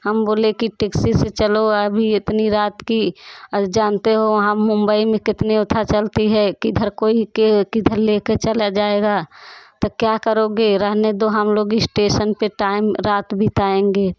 हम बोले कि टैक्सी से चलो अभी इतनी रात की जानते हो वहाँ मुंबई में कितने ओथा चलती है किधर कोई के किधर ले के चला जाएगा तो क्या करोगे रहने दो हम लोग इस्टेशन पे टाइम रात बिताएंगे